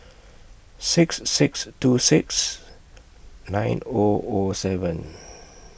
six six two six nine Zero Zero seven